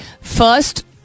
first